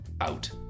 Out